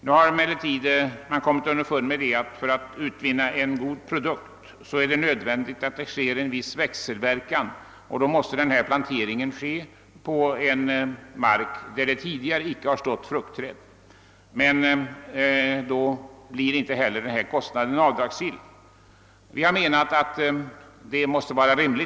Man har emellertid kommit underfund med att det för att en god produkt skall kunna utvinnas är nödvändigt med en viss växelverkan, varvid plantering måste ske på mark där det tidigare inte stått fruktträd. Då blir kostnaden härför dock inte avdrags gill.